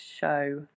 show